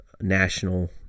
national